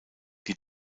die